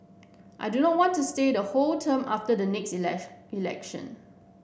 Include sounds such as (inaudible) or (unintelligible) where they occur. I do not want to stay the whole term after the next (unintelligible) election